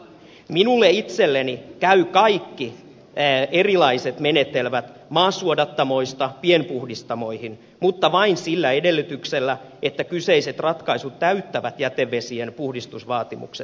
minulle itselleni käyvät kaikki erilaiset menetelmät maasuodattamoista pienpuhdistamoihin mutta vain sillä edellytyksellä että kyseiset ratkaisut täyttävät jätevesien puhdistusvaatimukset